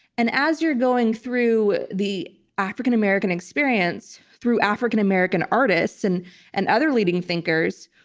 and as you're going through the african-american experience, through african-american artists and and other leading thinkers,